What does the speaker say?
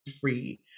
free